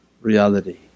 reality